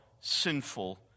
sinful